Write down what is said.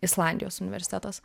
islandijos universitetas